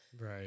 Right